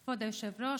כבוד היושב-ראש,